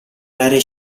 rare